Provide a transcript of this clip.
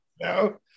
No